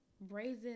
brazen